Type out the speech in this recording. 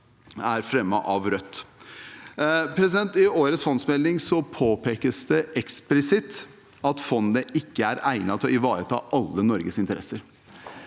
er fremmet av Rødt. I årets fondsmelding påpekes det eksplisitt at fondet ikke er egnet til å ivareta alle Norges interesser.